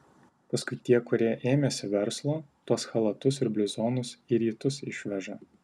paskui tie kurie ėmėsi verslo tuos chalatus ir bliuzonus į rytus išveža